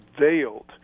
veiled